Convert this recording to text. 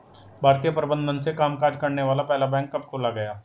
भारतीय प्रबंधन से कामकाज करने वाला पहला बैंक कब खोला गया?